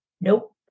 Nope